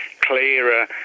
clearer